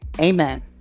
amen